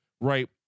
right